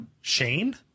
Shane